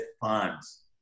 funds